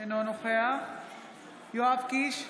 אינו נוכח יואב קיש,